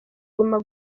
guma